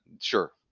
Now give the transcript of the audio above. sure –